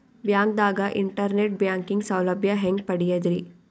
ಬ್ಯಾಂಕ್ದಾಗ internet banking ಸೌಲಭ್ಯ ಹೆಂಗ್ ಪಡಿಯದ್ರಿ?